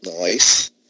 Nice